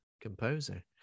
composer